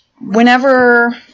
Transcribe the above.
whenever